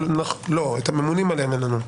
את הממונים עליהם אין לנו.